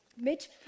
Mitch